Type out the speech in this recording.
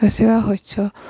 বেছিভাগ শস্য